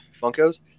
Funkos